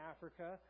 Africa